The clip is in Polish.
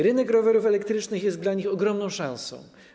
Rynek rowerów elektrycznych jest dla nich ogromną szansą.